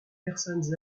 personnes